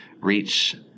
reach –